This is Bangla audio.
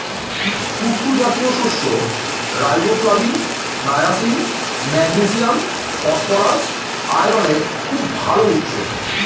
কুট্টু জাতীয় শস্য রাইবোফ্লাভিন, নায়াসিন, ম্যাগনেসিয়াম, ফসফরাস, আয়রনের খুব ভাল উৎস